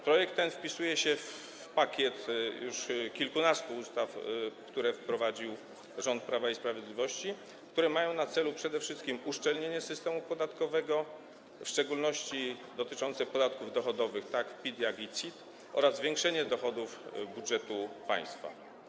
Projekt ten wpisuje się w pakiet kilkunastu już ustaw, które wprowadził rząd Prawa i Sprawiedliwości, mających na celu przede wszystkim uszczelnienie systemu podatkowego, w szczególności w zakresie podatków dochodowych, zarówno PIT, jak i CIT, oraz zwiększenie dochodów budżetu państwa.